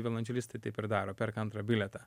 violončelistai taip ir daro perka antrą bilietą